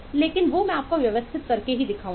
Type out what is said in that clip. लेकिन मैं व्यवस्थित करके आपको दिखाऊंगा